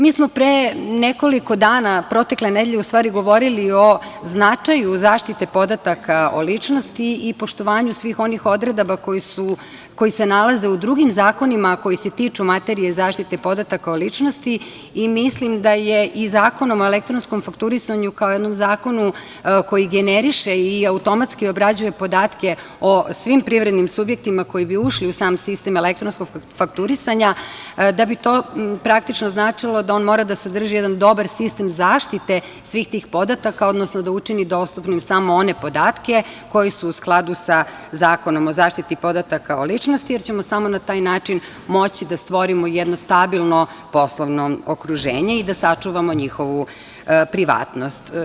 Mi smo pre nekoliko dana protekle nedelje u stvari govorili o značaju zaštite podataka o ličnosti i poštovanju svih onih odredaba koje se nalaze u drugim zakonima, a koje se tiču materije zaštite podataka o ličnosti i mislim da je i Zakonom o elektronskom fakturisanju, kao jednom zakonu koji generiše i automatski obrađuje podatke o svim privrednim subjektima koji bi ušli u sam sistem elektronskog fakturisanja, da bi to praktično značilo da on mora da sadrži jedan dobar sistem zaštite svih tih podataka, odnosno da učini dostupnim samo one podatke koji su u skladu sa Zakonom o zaštiti podataka o ličnosti, jer ćemo samo na taj način moći da stvorimo jedno stabilno poslovno okruženje i da sačuvamo njihovu privatnost.